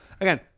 Again